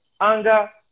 anger